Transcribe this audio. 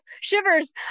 shivers